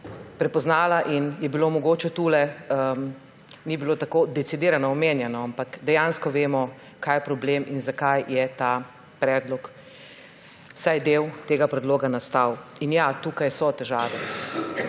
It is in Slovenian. prepoznala in mogoče tule ni bilo tako decidirano omenjeno, ampak dejansko vemo, kaj je problem in zakaj je ta predlog, vsaj del tega predloga nastal. In ja, tukaj so težave.